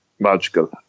Magical